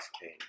came